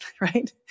right